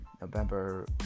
November